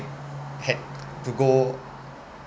had to go